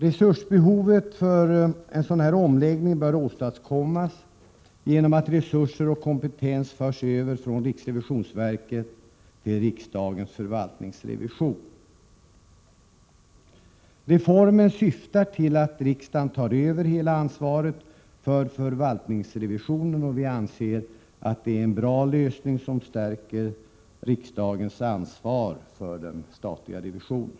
Resursbehovet för en sådan omläggning bör täckas genom att Reformen syftar till att riksdagen skall öveta hela ansvaret för förvaltnings Anslag Hill riksdagens revisionen, och vi anser att det är en bra lösning som stärker riksdagens ä a 4 rå revisorer och deras ansvar för den statliga revisionen.